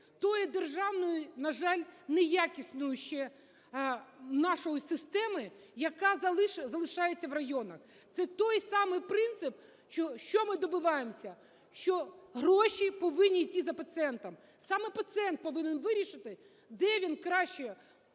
тої державної, на жаль, неякісної ще нашої системи, яка залишається в районах. Це той самий принцип, що ми добиваємося, що гроші повинні йти за пацієнтом. Саме пацієнт повинен вирішити, де він краще,